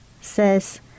says